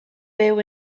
byw